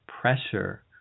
pressure